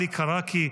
עלי כרכי,